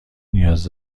نیاز